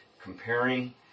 comparing